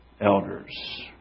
elders